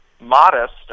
modest